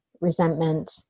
Resentment